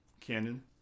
canon